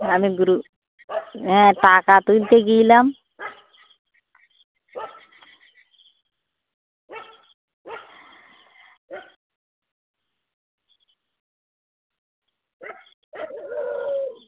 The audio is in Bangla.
আমি গ্রু হ্যাঁ টাকা তুলতে গেলাম